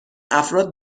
افراد